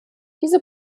diese